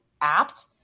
apt